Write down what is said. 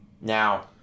Now